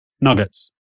nuggets